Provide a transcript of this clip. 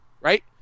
Right